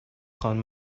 خوان